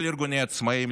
לכל ארגוני העצמאים,